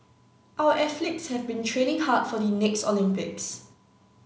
our athletes have been training hard for the next Olympics